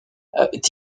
avaient